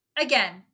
again